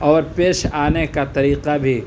اور پیش آنے کا طریقہ بھی